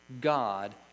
God